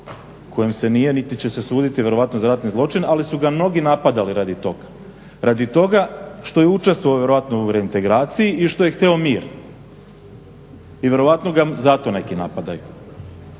kojem se nije niti će se suditi vjerojatno za ratni zločin, ali su ga mnogi napadali radi toga, radi toga što je učestvovao u ratnoj integraciji i što je htio mir. I vjerojatno ga zato neki napadaju.